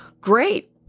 great